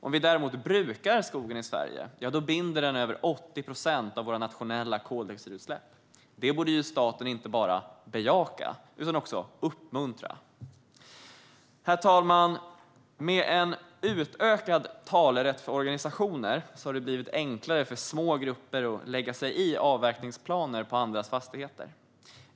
Om vi däremot brukar skogen i Sverige binder den över 80 procent av våra nationella koldioxidutsläpp. Det borde staten inte bara bejaka utan också uppmuntra. Herr talman! Med en utökad talerätt för organisationer har det blivit enklare för små grupper att lägga sig i avverkningsplaner på andras fastigheter.